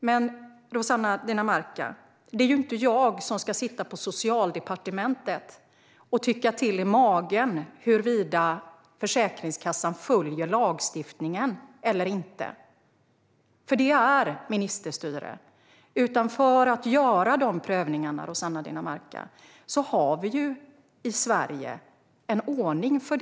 Men, Rossana Dinamarca, det är ju inte så att jag ska sitta på Socialdepartementet och tycka till i magen om huruvida Försäkringskassan följer lagstiftningen eller inte. Då vore det fråga om ministerstyre. Vi har i Sverige en ordning för att göra de prövningarna.